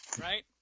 right